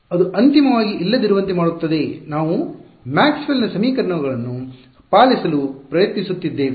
ಅದು ಅಂತಿಮವಾಗಿ ಇಲ್ಲದಿರುವಂತೆ ಮಾಡುತ್ತದೆ ನಾವು ಮ್ಯಾಕ್ಸ್ವೆಲ್ Maxwell's ನ ಸಮೀಕರಣಗಳನ್ನು ಪಾಲಿಸಲು ಪ್ರಯತ್ನಿಸುತ್ತಿದ್ದೇವೆ